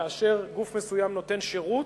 שכאשר גוף מסוים נותן שירות,